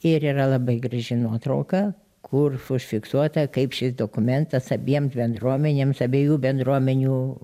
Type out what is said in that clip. ir yra labai graži nuotrauka kur užfiksuota kaip šis dokumentas abiems bendruomenėms abiejų bendruomenių